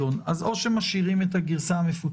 הנוסח.